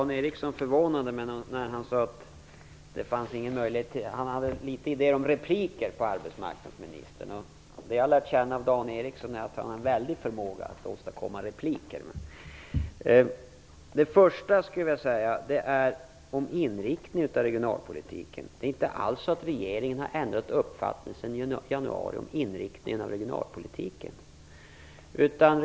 Herr talman! Det förvånar mig att Dan Ericsson sade att det fanns så litet att replikera på när det gäller arbetsmarknadsministern. Som jag har lärt känna Dan Ericsson har han en väldig förmåga att åstadkomma repliker. Det första jag skulle vilja säga gäller inriktningen av regionalpolitiken. Det är inte alls så att regeringen har ändrat uppfattning om inriktningen av regionalpolitiken sedan i januari.